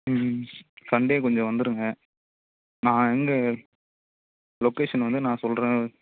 ம்ம் Sunday கொஞ்சம் வந்துருங்க நான் இங்கே லொக்கேஷன் வந்து நான் சொல்கிறேன்